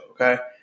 Okay